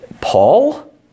Paul